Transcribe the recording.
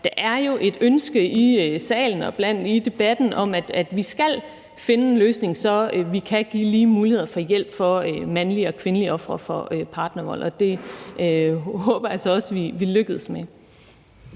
der jo er et ønske i salen og i debatten om, at vi skal finde en løsning, så vi kan give lige muligheder for hjælp til mandlige og kvindelige ofre for partnervold, og det håber jeg så også vi lykkes med.